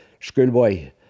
schoolboy